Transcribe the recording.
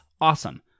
awesome